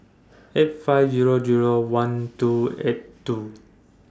eight five Zero Zero one two eight two